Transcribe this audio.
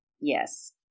Yes